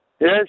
Yes